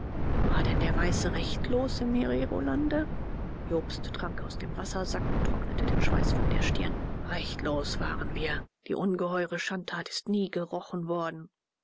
war denn der weiße rechtlos im hererolande jobst trank aus dem wassersack und trocknete den schweiß von der stirn rechtlos waren wir die ungeheure schandtat ist nie gerochen worden